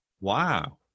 Wow